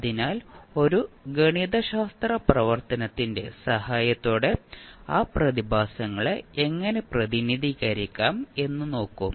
അതിനാൽ ഒരു ഗണിതശാസ്ത്ര പ്രവർത്തനത്തിന്റെ സഹായത്തോടെ ആ പ്രതിഭാസങ്ങളെ എങ്ങനെ പ്രതിനിധീകരിക്കും എന്ന് നോക്കാം